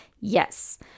Yes